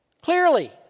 Clearly